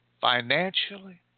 financially